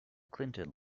clinton